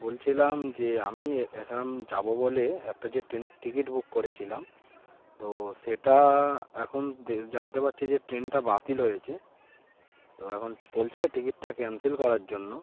বলছিলাম যে আমি এখাম যাবো বলে একটা যে ট্রেনের টিকিট বুক করেছিলাম তো সেটা এখন জানতে পারছি যে ট্রেনটা বাতিল হয়েছে তো এখন বলছে টিকিটটা ক্যান্সেল করার জন্য